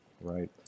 Right